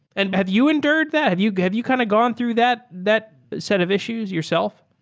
and have you endured that? have you have you kind of gone through that that set of issues yourself?